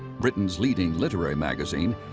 britain's leading literary magazine,